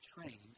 trained